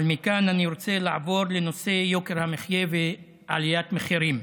אבל מכאן אני רוצה לעבור לנושא יוקר המחיה ועליית המחירים.